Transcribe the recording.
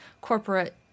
corporate